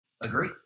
agree